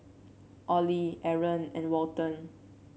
Ollie Aron and Walton